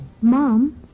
Mom